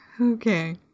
Okay